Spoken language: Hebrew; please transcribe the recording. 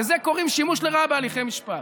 לזה קוראים שימוש לרעה בהליכי משפט.